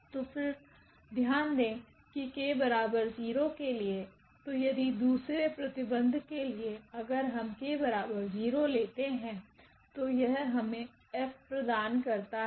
तो फिर ध्यान दें कि 𝑘0 के लिए तो यदि दूसरे प्रतिबंध के लिए अगर हम 𝑘 0 लेते है तो यह हमें F प्रदान करता है